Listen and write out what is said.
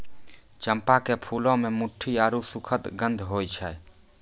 चंपा के फूलो मे मिठ्ठो आरु सुखद गंध होय छै